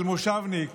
של מושבניק,